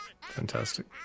Fantastic